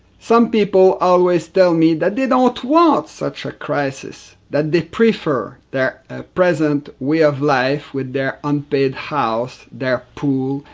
some people always tell me that they don't want such a crisis, that they prefer their ah present way of life with their unpaid house, their pool,